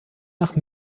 nach